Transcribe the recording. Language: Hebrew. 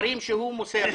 המספרים שהוא מוסר לנו,